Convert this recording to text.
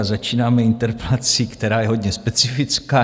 Začínáme interpelací, která je hodně specifická.